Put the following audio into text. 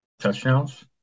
touchdowns